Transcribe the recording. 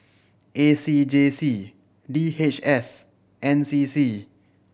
A C J C D H S and N C C